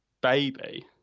baby